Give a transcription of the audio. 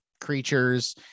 creatures